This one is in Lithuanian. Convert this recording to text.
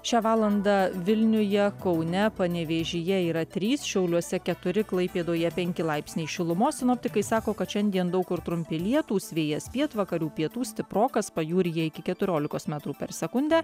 šią valandą vilniuje kaune panevėžyje yra trys šiauliuose keturi klaipėdoje penki laipsniai šilumos sinoptikai sako kad šiandien daug kur trumpi lietūs vėjas pietvakarių pietų stiprokas pajūryje iki keturiolikos metrų per sekundę